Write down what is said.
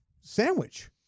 sandwich